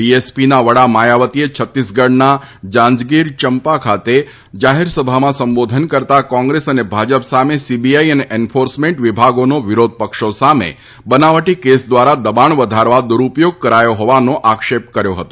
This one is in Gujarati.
બીએસપીના વડા માયાવતીએ છત્તીસગઢના જાંજગીર ચંપા ખાતે જાહેરસભામાં સંબોધન કરતા કોંગ્રેસ અને ભાજપ સામે સીબીઆઈ અને એન્ફોર્સ વિભાગોનો વિરોધ પક્ષો સામે બનાવટી કેસ ધ્વારા દબાણ વધારવા દુરૂપયોગ કરાયો હોવાનો આક્ષેપ કર્યો હતો